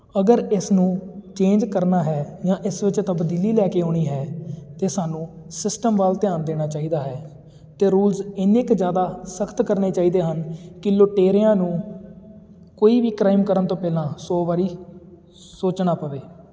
ਅਗਰ ਇਸਨੂੰ ਚੇਂਜ ਕਰਨਾ ਹੈ ਜਾਂ ਇਸ ਵਿੱਚ ਤਬਦੀਲੀ ਲੈ ਕੇ ਆਉਣੀ ਹੈ ਤਾਂ ਸਾਨੂੰ ਸਿਸਟਮ ਵੱਲ ਧਿਆਨ ਦੇਣਾ ਚਾਹੀਦਾ ਹੈ ਅਤੇ ਰੂਲਸ ਐਨੇ ਕੁ ਜ਼ਿਆਦਾ ਸਖਤ ਕਰਨੇ ਚਾਹੀਦੇ ਹਨ ਕਿ ਲੁਟੇਰਿਆਂ ਨੂੰ ਕੋਈ ਵੀ ਕਰਾਈਮ ਕਰਨ ਤੋਂ ਪਹਿਲਾਂ ਸੌ ਵਾਰੀ ਸੋਚਣਾ ਪਵੇ